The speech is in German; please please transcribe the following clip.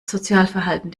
sozialverhalten